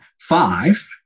five